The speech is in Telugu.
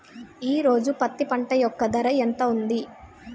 ఈ రోజు పత్తి పంట యొక్క ధర ఎంత ఉంది?